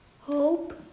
Hope